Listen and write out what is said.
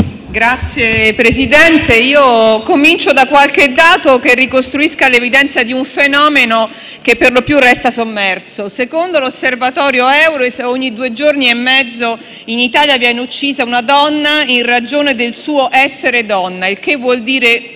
Signor Presidente, comincio da qualche dato per ricostruire l'evidenza di un fenomeno che perlopiù resta sommerso. Secondo l'osservatorio Eures, ogni due giorni e mezzo in Italia viene uccisa una donna in ragione del suo essere donna - il che vuol dire